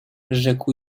rzekł